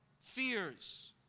fears